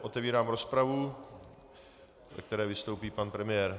Otevírám rozpravu, ve které vystoupí pan premiér.